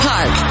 Park